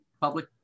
public